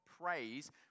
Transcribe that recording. praise